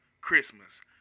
Christmas